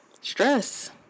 stress